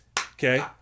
Okay